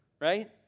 Right